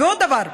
ועוד דבר: